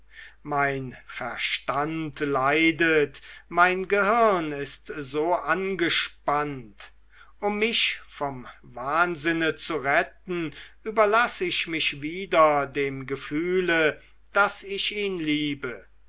mein verstand leidet mein gehirn ist so angespannt und mich vom wahnsinne zu retten überlass ich mich wieder dem gefühle daß ich ihn liebe